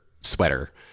sweater